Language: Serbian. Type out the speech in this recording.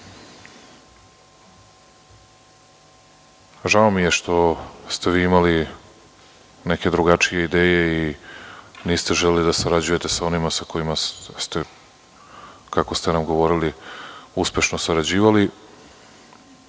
mi je što ste imali neke drugačije ideje i niste želeli da sarađujete sa onima sa kojima ste, kako ste nam govorili, uspešno sarađivali.